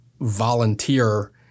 volunteer